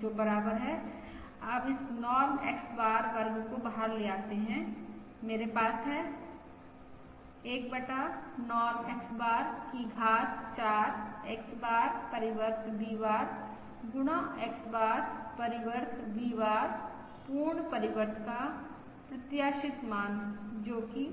जो बराबर है अब इस नॉर्म X बार वर्ग को बाहर ले आते है मेरे पास है 1 बटा नॉर्म X बार की घात 4 X बार परिवर्त V बार गुणा X बार परिवर्त V बार पूर्ण परिवर्त का प्रत्याशित मान जो के